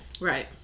Right